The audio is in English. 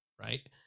right